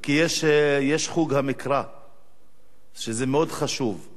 כי יש חוג המקרא, שזה מאוד חשוב.